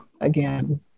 again